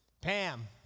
Pam